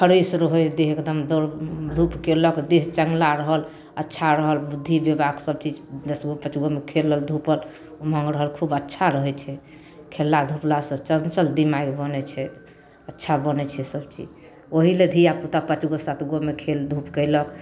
fresh रहै हइ देह एकदम दौड़धूप केलक देह चङ्गला रहल अच्छा रहल बुद्धि दिमाग सबचीज दसगो पाँचगोमे खेललक धुपलक खूब अच्छा रहै छै खेलला धुपलासँ चंचल दिमाग बनै छै अच्छा बनै छै सबचीज ओहिलए धिआपुता पाँचगो सातगोमे खेलधूप केलक